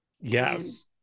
Yes